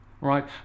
right